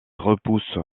repousse